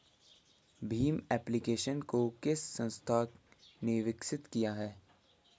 Bhim application को किस संस्था ने विकसित किया है?